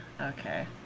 Okay